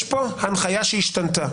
יש פה הנחיה שהשתנתה.